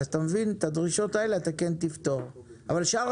שאר הדרישות יהיו כמו במונית.